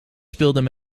speelden